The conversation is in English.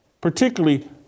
particularly